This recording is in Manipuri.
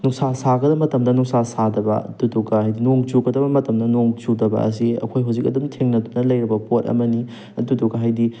ꯅꯨꯡꯁꯥ ꯁꯥꯒꯗꯕ ꯃꯇꯝꯗ ꯅꯨꯡꯁꯥ ꯁꯥꯗꯕ ꯑꯗꯨꯗꯨꯒ ꯍꯥꯏꯗꯤ ꯅꯣꯡ ꯆꯨꯒꯗꯕ ꯃꯇꯝꯗ ꯅꯣꯡ ꯆꯨꯗꯕ ꯑꯁꯤ ꯑꯩꯈꯣꯏ ꯍꯧꯖꯤꯛ ꯑꯗꯨꯝ ꯊꯦꯡꯅꯗꯨꯅ ꯂꯩꯔꯕ ꯄꯣꯠ ꯑꯃꯅꯤ ꯑꯗꯨꯗꯨꯒ ꯍꯥꯏꯗꯤ